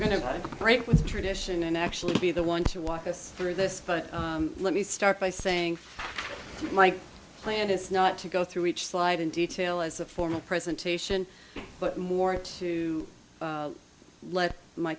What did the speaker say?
to break with tradition and actually be the one to walk us through this but let me start by saying my plan is not to go through each slide in detail as a formal presentation but more to let my